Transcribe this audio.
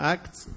Acts